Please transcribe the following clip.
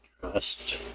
Trust